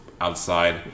outside